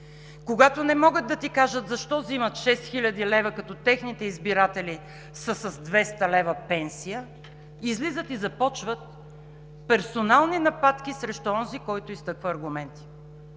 Когато не могат да ти кажат защо вземат 6000 лв., като техните избиратели са с 200 лв. пенсия, излизат и започват персонални нападки срещу онзи, който изтъква аргументи.